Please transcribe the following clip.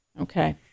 Okay